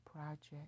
Project